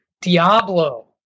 Diablo